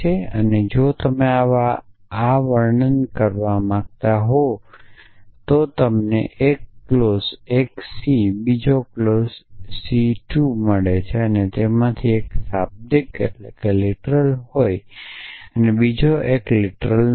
તેથી જો તમે આ નિયમને દર્શવા માંગતા હો તો જો તમને 1 ક્લોઝ C 1 બીજો ક્લોઝ C 2 મળે અને તેમાંથી એક શાબ્દિક હોય અને બીજો એક શાબ્દિક નથી